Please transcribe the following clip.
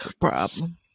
problem